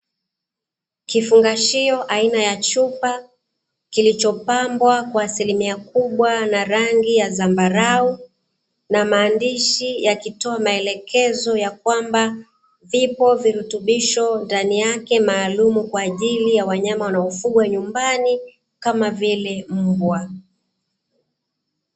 Kifungashio aina ya chupa, kilichopambwa kwa asilimia kubwa na rangi ya zambarau na maandishi yakitoa maelekezo ya kwamba vipo virutubisho ndani yake maalumu kwa ajili ya wanyama wanaofugwa nyumbani kama vile mbwa.